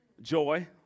Joy